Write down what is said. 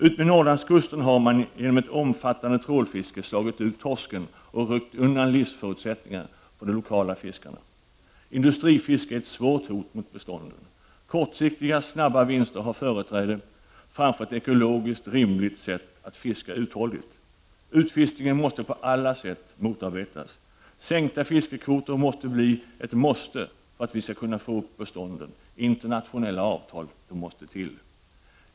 Utmed Norrlandskusten har man genom ett omfattande trålfiske slagit ut torsken och ryckt undan livsförutsättningarna från de lokala fiskarna. Industrifiske är ett svårt hot mot bestånden. Kortsiktiga snabba vinster har företräde framför ett ekologiskt rimligt sätt att fiska uthålligt. Utfiskning måste på alla sätt motarbetas. Sänkta fiskekvoter måste bli ett måste för att vi skall kunna få upp bestånden. Internationella avtal måste till.